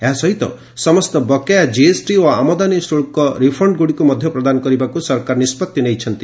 ଏହା ସହିତ ସମସ୍ତ ବକେୟା ଜିଏସ୍ଟି ଓ ଆମଦାନୀ ଶୁଳ୍କ ରିଫଣ୍ଡଗୁଡ଼ିକୁ ମଧ୍ୟ ପ୍ରଦାନ କରିବାକୁ ସରକାର ନିଷ୍ପଭି ନେଇଛନ୍ତି